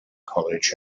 college